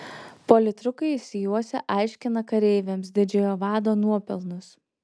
politrukai išsijuosę aiškina kareiviams didžiojo vado nuopelnus